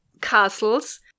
castles